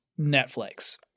Netflix